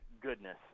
goodness